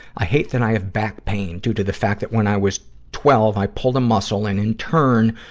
i hate that i have back pain, due to the fact that when i was twelve, i pulled a muscle and, in turn,